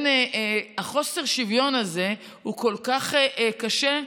חוסר השוויון הזה הוא כל כך קשה,